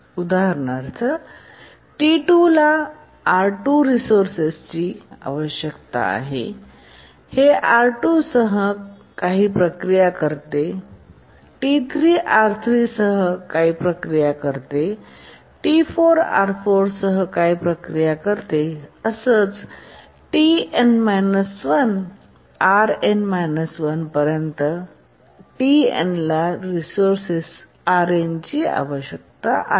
उदाहरणार्थ T2 ला R2 ची रिसोर्सेस आवश्यक आहे आणि हे R2 सह काही प्रक्रिया करते T3 R3 सह प्रक्रिया करते T4आर 4 सह Tn 1 Rn 1 आणि Tnला रिसोर्सेस Rn आवश्यक आहे